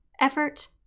effort